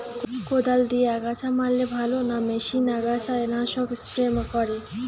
কদাল দিয়ে আগাছা মারলে ভালো না মেশিনে আগাছা নাশক স্প্রে করে?